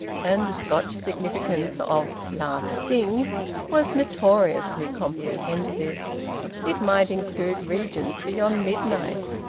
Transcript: and the scotch significance of last thing was notoriously comprehensive it might include regions beyond midnight.